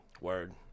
word